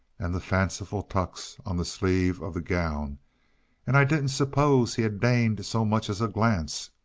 and the fanciful tucks on the sleeve of the gown and i didn't suppose he had deigned so much as a glance!